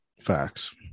Facts